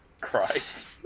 christ